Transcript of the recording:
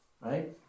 right